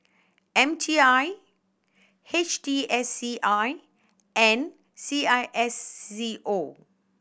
M T I H T S C I and C I S C O